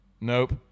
Nope